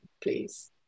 please